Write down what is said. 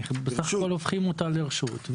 אנחנו בסך הכל הופכים אותה לרשות.